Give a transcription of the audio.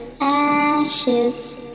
ashes